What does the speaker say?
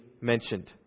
mentioned